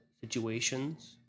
situations